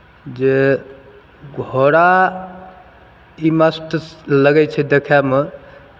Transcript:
जे घोड़ा ई मस्त लगै छै देखयमे